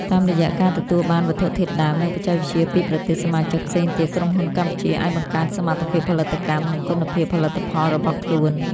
តាមរយៈការទទួលបានវត្ថុធាតុដើម និងបច្ចេកវិទ្យាពីប្រទេសសមាជិកផ្សេងទៀត ក្រុមហ៊ុនកម្ពុជាអាចបង្កើនសមត្ថភាពផលិតកម្ម និងគុណភាពផលិតផលរបស់ខ្លួន។